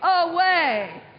away